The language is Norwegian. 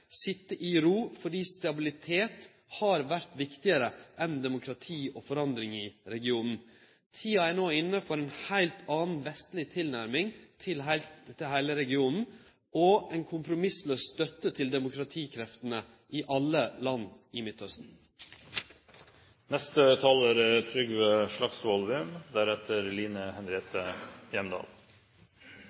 i ro, fordi stabilitet har vore viktigare enn demokrati og forandring i regionen. Tida er no inne for ei heilt anna vestleg tilnærming til heile regionen og ei kompromisslaus støtte til demokratikreftene i alle landa i